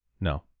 No